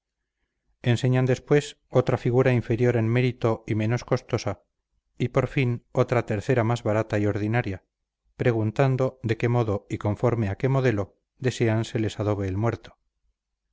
publicar enseñan después otra figura inferior en mérito y menos costosa y por fin otra tercera más barata y ordinaria preguntando de qué modo y conforme a qué modelo desean se les adobe el muerto